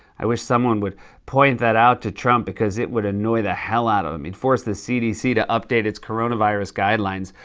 i wish someone would point that out to trump because it would annoy the hell out of him. he'd force the cdc to update its coronavirus guidelines.